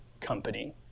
company